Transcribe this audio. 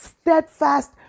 steadfast